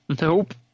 Nope